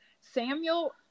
Samuel